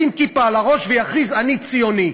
ישים כיפה על הראש ויכריז: אני ציוני.